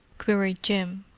queried jim.